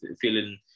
feeling